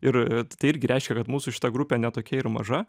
ir tai irgi reiškia kad mūsų šita grupė ne tokia ir maža